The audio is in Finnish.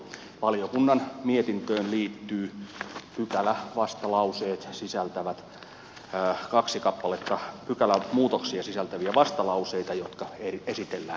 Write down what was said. valiokunnan mietintöön liittyy pykälävastalauseet ne sisältävät kaksi kappaletta pykälämuutoksia sisältäviä vastalauseita jotka esitellään erikseen